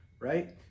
Right